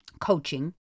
coaching